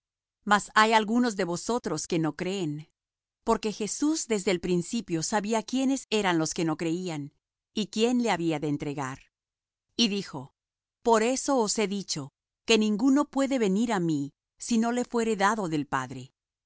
mas hay algunos de vosotros que no creen porque jesús desde el principio sabía quiénes eran los que no creían y quién le había de entregar y dijo por eso os he dicho que ninguno puede venir á mí si no le fuere dado del padre